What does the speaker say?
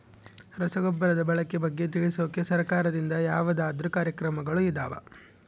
ರಸಗೊಬ್ಬರದ ಬಳಕೆ ಬಗ್ಗೆ ತಿಳಿಸೊಕೆ ಸರಕಾರದಿಂದ ಯಾವದಾದ್ರು ಕಾರ್ಯಕ್ರಮಗಳು ಇದಾವ?